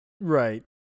Right